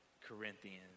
Corinthians